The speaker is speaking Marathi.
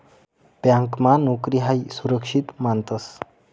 ब्यांकमा नोकरी हायी सुरक्षित मानतंस